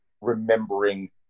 remembering